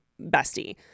bestie